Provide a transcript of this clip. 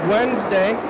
Wednesday